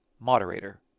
moderator